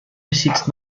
besitzt